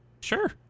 Sure